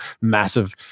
massive